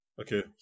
Okay